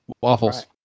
Waffles